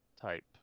type